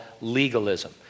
legalism